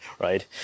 right